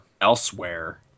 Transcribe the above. elsewhere